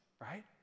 right